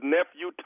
Nephew